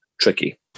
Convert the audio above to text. tricky